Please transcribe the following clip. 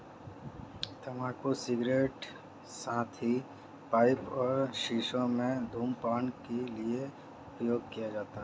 तंबाकू cigarette, cigar, साथ ही पाइप और शीशों में धूम्रपान के लिए उपयोग किए जाते हैं